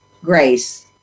grace